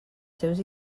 seus